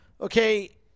Okay